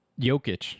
Jokic